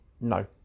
no